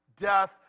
Death